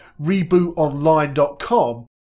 Rebootonline.com